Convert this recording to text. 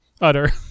Utter